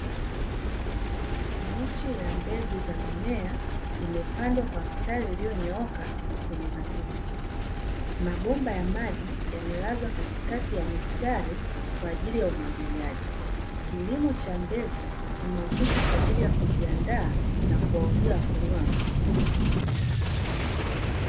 Miche ya mbegu za mimea impandwa kwa mstari ulioonyoka kwenye matuta. Mipira ya maji yamelazwa katikati ya mistari kwa ajili ya umwagiliaji. Kilimo cha mbegu ni mahususi kwa ajili kuziandaa na kuwauzia wakulima wengine.